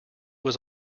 was